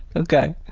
okay.